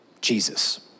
Jesus